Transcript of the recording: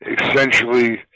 essentially